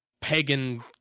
pagan